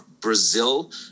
Brazil